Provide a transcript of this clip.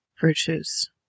virtues